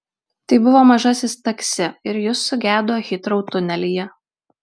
tai buvo mažasis taksi ir jis sugedo hitrou tunelyje